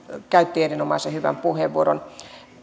käytti erinomaisen hyvän puheenvuoron